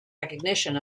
recognition